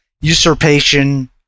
usurpation